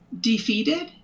defeated